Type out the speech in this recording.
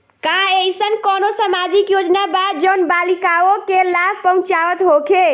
का एइसन कौनो सामाजिक योजना बा जउन बालिकाओं के लाभ पहुँचावत होखे?